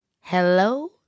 Hello